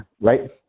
right